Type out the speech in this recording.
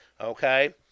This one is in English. okay